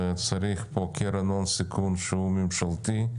וצריך פה קרן הון סיכון שהיא ממשלתית,